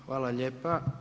Hvala lijepa.